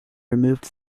removed